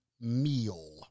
meal